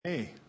Hey